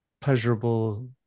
pleasurable